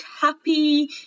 happy